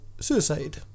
suicide